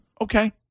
Okay